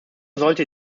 sollte